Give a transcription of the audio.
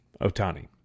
Otani